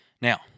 Now